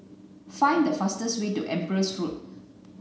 find the fastest way to Empress Road